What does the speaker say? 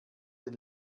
den